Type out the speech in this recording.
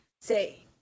say